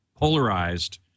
polarized